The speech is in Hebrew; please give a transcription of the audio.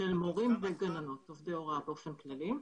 של מורים וגננות, עובדי הוראה באופן כללי.